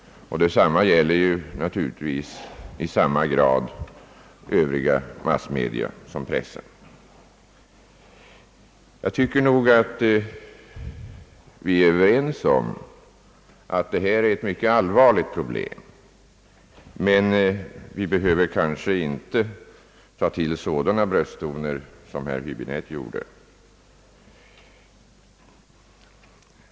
Detsamma gäller naturligtvis i samma grad övriga massmedia som pressen. Vi är nog överens om att det här är ett mycket allvarligt problem, men vi behöver kanske inte ta till sådana brösttoner som herr Häbinette använde.